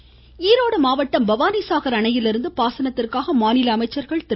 செங்கோட்டையன் ஈரோடு மாவட்டம் பவானிசாகர் அணையிலிருந்து பாசனத்திற்கான மாநில அமைச்சர்கள் திரு